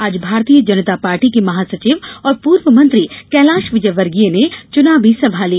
आज भारतीय जनता पार्टी के महासचिव और पूर्व मंत्री कैलाश विजयवर्गीय ने चुनावी सभा ली